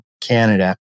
Canada